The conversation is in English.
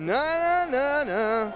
no no no